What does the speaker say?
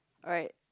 alright